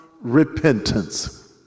repentance